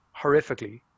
horrifically